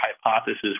hypothesis